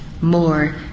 more